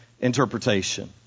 interpretation